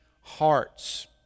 hearts